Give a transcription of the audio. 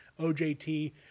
OJT